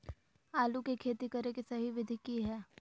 आलू के खेती करें के सही विधि की हय?